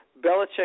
Belichick